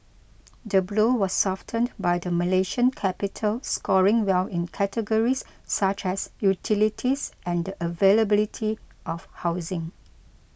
the blow was softened by the Malaysian capital scoring well in categories such as utilities and availability of housing